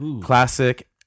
classic